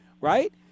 right